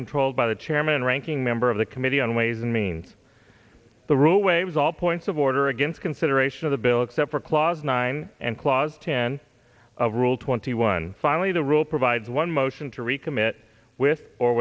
controlled by the chairman and ranking member of the committee on ways and means the rule waves all points of order against consideration of the bill except for clause nine and clause ten of rule twenty one finally the rule provides one motion to recommit with or